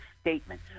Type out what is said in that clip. statement